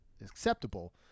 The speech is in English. acceptable